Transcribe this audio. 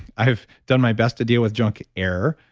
i've done my best to deal with junk air,